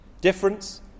Difference